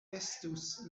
estus